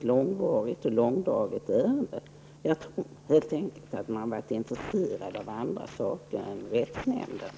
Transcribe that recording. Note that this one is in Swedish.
Det har varit ett långdraget ärende. Jag tror att man helt enkelt inte har varit intresserad av rättsnämnden, utan av annat.